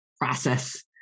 process